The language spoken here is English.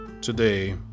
today